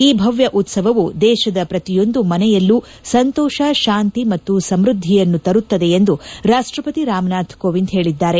ಈ ಭವ್ದ ಉತ್ಸವವು ದೇಶದ ಪ್ರತಿಯೊಂದು ಮನೆಯಲ್ಲೂ ಸಂತೋಷ ಶಾಂತಿ ಮತ್ತು ಸಂವ್ಯದ್ದಿಯನ್ನು ತರುತ್ತದೆ ಎಂದು ರಾಷ್ಷಪತಿ ರಾಮನಾಥ್ ಕೋವಿಂದ್ ಹೇಳಿದ್ದಾರೆ